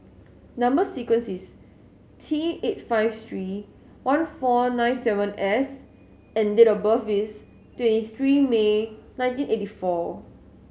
number sequence is T eight five three one four nine seven S and date of birth is twenty three May nineteen eighty four